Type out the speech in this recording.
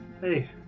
hey